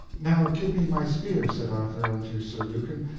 now give me my spear, said arthur unto sir lucan,